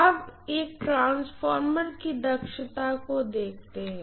अब एक ट्रांसफार्मर की दक्षता को देखते हैं